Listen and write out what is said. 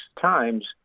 times